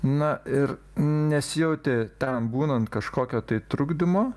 na ir nesijautė ten būnant kažkokio tai trukdymo